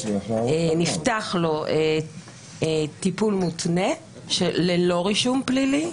נפתח לו טיפול מותנה ללא רישום פלילי.